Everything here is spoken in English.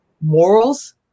morals